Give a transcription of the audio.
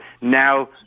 now